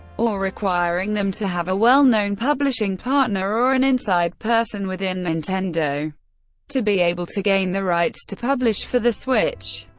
or requiring them to have a well-known publishing partner or an inside person within nintendo to be able to gain the rights to publish for the switch.